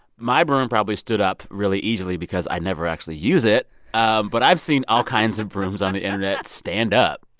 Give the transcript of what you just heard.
my broom probably stood up really easily because i never actually use it um but i've seen all kinds of brooms on the internet stand up.